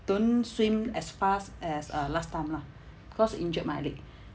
don't swim as fast as uh last time lah because injured my leg